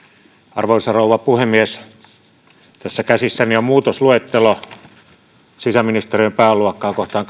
arvoisa rouva puhemies tässä käsissäni on muutosluettelo sisäministeriön pääluokkaa kahdenteenkymmenenteenkuudenteen kohtaan